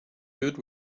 good